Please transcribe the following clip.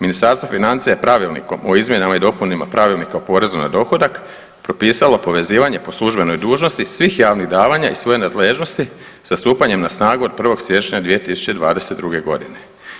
Ministarstvo financija je Pravilnikom o izmjenama i dopunama Pravilnika o porezu na dohodak propisalo povezivanje po službenoj dužnosti svih javnih davanja iz svoje nadležnosti sa stupanjem na snagu od 1. siječnja 2022.g.